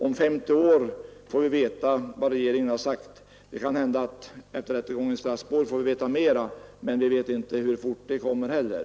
Om 50 år får vi veta vad regeringen har sagt. Det kan hända att vi efter överläggningarna i Strasbourg får veta mera, men vi vet inte hur snart det kan bli.